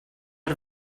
out